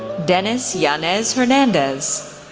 dennis yanez hernandez,